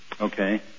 Okay